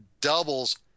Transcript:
doubles